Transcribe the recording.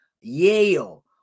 Yale